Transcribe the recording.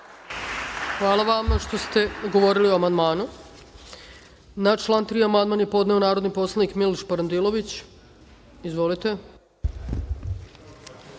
Hvala vama što ste govorili o amandmanu. Na član 3. amandman je podneo narodni poslanik Miloš Parandilović. Izvolite.